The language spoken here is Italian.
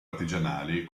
artigianali